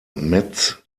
metz